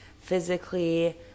physically